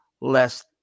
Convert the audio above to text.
lest